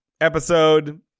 episode